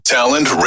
Talent